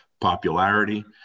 popularity